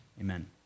Amen